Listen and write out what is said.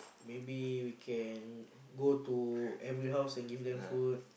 maybe we can go to every house and give them food